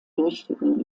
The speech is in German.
durchführen